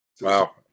wow